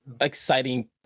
exciting